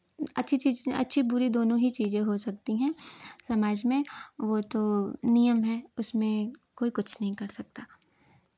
अच्छी चीज अच्छी बुरी दोनों ही चीज़ें हो सकती हैं समाज में वो तो नियम है उसमें कोई कुछ नहीं कर सकता